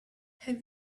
have